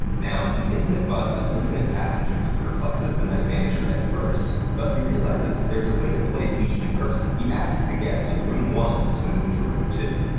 now, the infinite bus of infinite passengers perplexes the night manager at first, but he realizes there's a way to place each new person. he asks the guest in room one to move to room two.